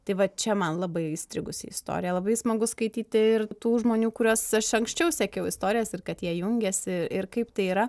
tai va čia man labai įstrigusi istorija labai smagu skaityti ir tų žmonių kuriuos aš anksčiau sekiau istorijas ir kad jie jungiasi ir kaip tai yra